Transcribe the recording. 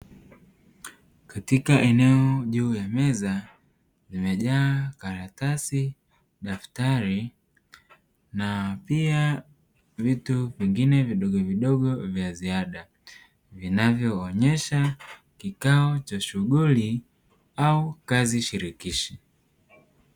Katika eneo juu ya meza imejaa karatasi, daftari na pia vitu vingine vidogovidogo vya ziada; vinavyoonyesha kikao cha shughuli au kazi shirikishi.